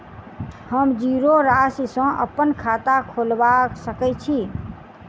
हम जीरो राशि सँ अप्पन खाता खोलबा सकै छी?